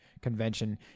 convention